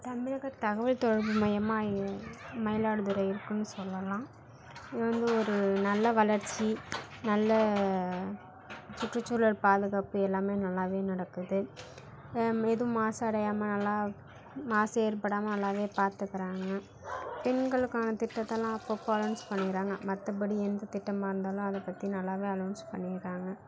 தமிழக தகவல் தொடர்பு மையமாக மயிலாடுதுறை இருக்குதுன்னு சொல்லலாம் இது வந்து ஒரு நல்ல வளர்ச்சி நல்ல சுற்றுச்சூழல் பாதுகாப்பு எல்லாமே நல்லாவே நடக்குது எதுவும் மாசடையாமல் நல்லா மாசு ஏற்படாமல் நல்லாவே பார்த்துக்கறாங்க பெண்களுக்கான திட்டத்தலாம் அப்போப்ப அலோன்ஸ் பண்ணிக்கிறாங்கள் மற்றப்படி எந்த திட்டமாக இருந்தாலும் அதை பற்றி நல்லாவே அலோன்ஸ் பண்ணிடுறாங்க